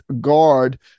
guard